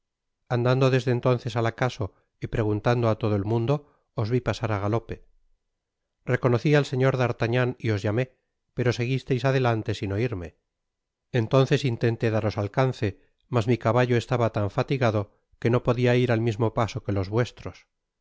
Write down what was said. andando desde entonces al acaso y preguntando á lodo el mundo os vi pasar á galope reconocí al señor d'artagnan y os llamé pero seguisteis adelante sin oírme entonces intenté daros alcance mas mi caballo estaba tan fatigado que no podia ir al mismo paso que los vuestros